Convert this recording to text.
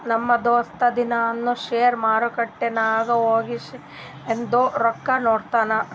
ನಮ್ ದೋಸ್ತ ದಿನಾನೂ ಶೇರ್ ಮಾರ್ಕೆಟ್ ನಾಗ್ ಹೋಗಿ ಶೇರ್ದು ರೊಕ್ಕಾ ನೋಡ್ತಾನ್